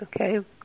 okay